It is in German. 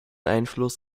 einfluss